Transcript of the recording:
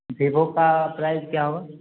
Oppo का price क्या होगा